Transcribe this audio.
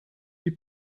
die